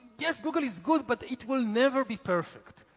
yes, google is good but it will never be perfect,